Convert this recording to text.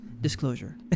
Disclosure